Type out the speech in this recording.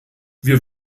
wir